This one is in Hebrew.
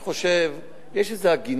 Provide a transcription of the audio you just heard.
אני חושב שיש איזו הגינות.